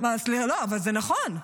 לא, אבל זה נכון.